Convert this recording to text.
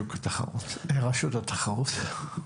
רשות התחרות.